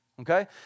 okay